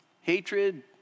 hatred